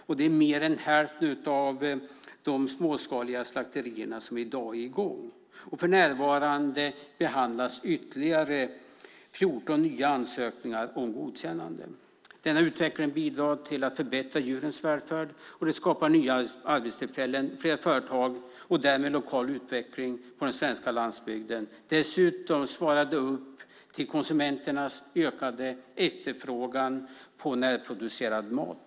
Detta är mer än hälften av de småskaliga slakterier som i dag är i gång. För närvarande behandlas ytterligare 14 nya ansökningar om godkännande. Denna utveckling bidrar till att förbättra djurens välfärd och skapar nya arbetstillfällen, fler företag och därmed lokal utveckling på den svenska landsbygden. Dessutom svarar det upp till konsumenternas ökande efterfrågan på närproducerad mat.